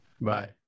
Bye